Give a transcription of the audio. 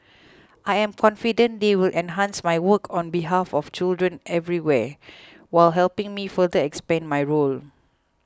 I am confident they will enhance my work on behalf of children everywhere while helping me further expand my role